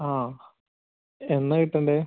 ആ എന്നാണ് കിട്ടേണ്ടത്